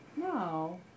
No